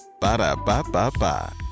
ba-da-ba-ba-ba